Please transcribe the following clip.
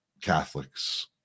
Catholics